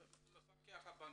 אנחנו נטפל מול המפקח על הבנקים.